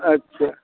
अच्छा